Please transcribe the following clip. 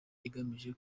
igamije